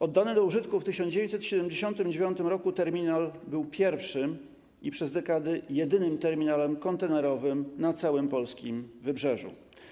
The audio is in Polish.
Oddany do użytku w 1979 r. terminal był pierwszym i przez dekady jedynym terminalem kontenerowym na całym polskim wybrzeżu.